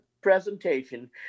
presentation